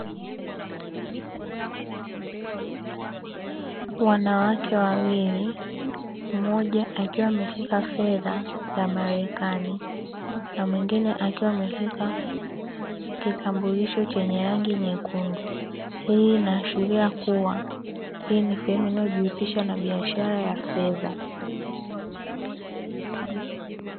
Wanawake wawili mmoja akiwa ameshika fedha za marekani na mwingine akiwa ameshika kitambulisho chenye rangi nyekundu, hii inaashiria kuwa hii ni sehemu inayojihusisha na biashara ya fedha.